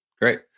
Great